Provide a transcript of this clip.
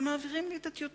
אבל מעבירים לי את הטיוטות.